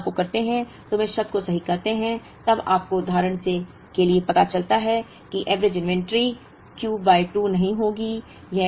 जब हम इस गणना को करते हैं तो हम इस शब्द को सही करते हैं तब आपको उदाहरण के लिए पता चलता है कि औसत इन्वेंट्री Q बाय 2 नहीं होगी